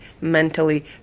mentally